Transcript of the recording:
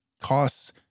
costs